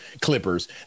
clippers